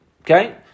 Okay